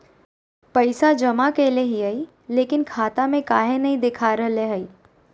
पैसा जमा कैले हिअई, लेकिन खाता में काहे नई देखा रहले हई?